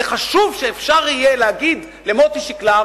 זה חשוב שאפשר יהיה להגיד למוטי שקלאר